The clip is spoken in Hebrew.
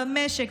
במשק,